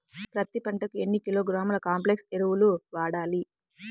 పత్తి పంటకు ఎన్ని కిలోగ్రాముల కాంప్లెక్స్ ఎరువులు వాడాలి?